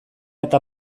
eta